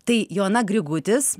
tai joana grigutis